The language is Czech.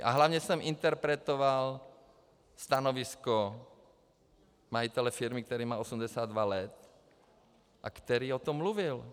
A hlavně jsem interpretoval stanovisko majitele firmy, který má 82 let a který o tom mluvil.